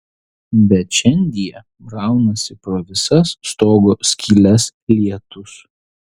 bet šiandie braunasi pro visas stogo skyles lietus